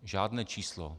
Žádné číslo.